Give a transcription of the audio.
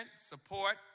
support